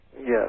Yes